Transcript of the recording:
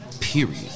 Period